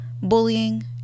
bullying